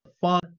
fun